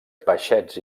peixets